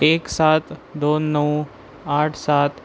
एक सात दोन नऊ आठ सात